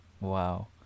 Wow